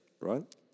right